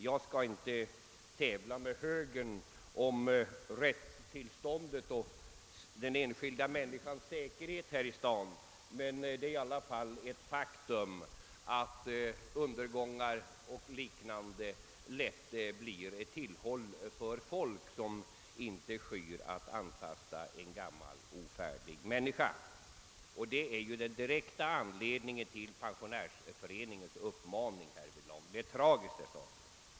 Jag skall inte tävla med högern genom att tala om rättstillståndet och den enskilda människans säkerhet här i staden, men det är i alla fall ett faktum att undergångar och liknande lätt blir tillhåll för folk som inte skyr att antasta en gammal ofärdig människa. Och det är ju den direkta anledningen till pensionärsföreningens uppmaning. Det är tragiskt, herr statsråd.